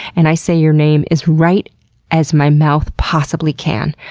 and i say your name as right as my mouth possible can.